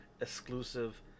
exclusive